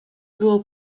było